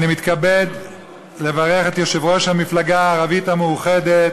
אני מתכבד לברך את יושב-ראש המפלגה הערבית המאוחדת,